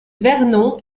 vernon